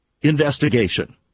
investigation